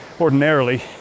ordinarily